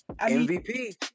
MVP